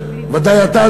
בוודאי אתה,